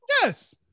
Yes